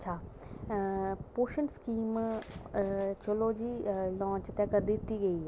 अच्छा पोषण स्कीम चलो जी ग्रांऽ तगर दित्ती दी ऐ